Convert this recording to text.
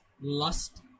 Lust